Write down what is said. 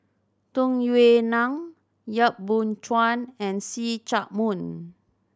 Tung Yue Nang Yap Boon Chuan and See Chak Mun